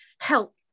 help